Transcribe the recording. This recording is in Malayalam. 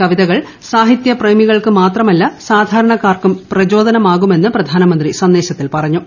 തന്റെ കവിതകൾ സാഹിത്യ പ്രേമികൾക്ക് മാത്രമല്ല സാധാരണക്കാർക്കും പ്രചോദനമാകുമെന്ന് പ്രധാനമന്ത്രി സന്ദേശത്തിൽ പറഞ്ഞു